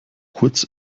kurz